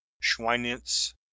Schweinitz